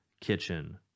Kitchen